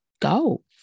go